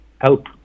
help